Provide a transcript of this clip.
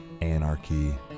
anarchy